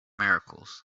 miracles